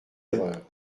erreurs